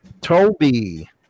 Toby